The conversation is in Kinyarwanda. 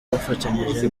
bafatanyije